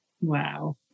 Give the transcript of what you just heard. Wow